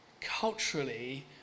culturally